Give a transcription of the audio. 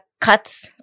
cuts